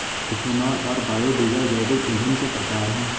ethanol और biodiesel जैविक ईंधन के प्रकार है